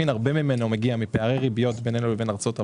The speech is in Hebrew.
רואים שהרבה ממנו מגיע מפערי ריביות בינינו לבין ארצות הברית.